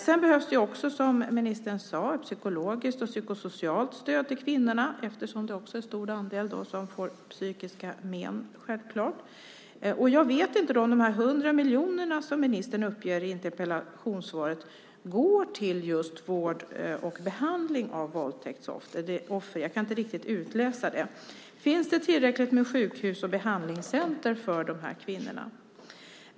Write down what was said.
Sedan behövs det också, som ministern sade, ett psykologiskt och psykosocialt stöd till kvinnorna, eftersom det också självfallet är en stor andel som får psykiska men. Jag vet inte om de 100 miljoner som ministern nämner i interpellationssvaret går till just vård och behandling av våldtäktsoffer. Jag kan inte riktigt utläsa det. Finns det tillräckligt många sjukhus och behandlingscenter för de här kvinnorna?